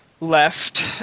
left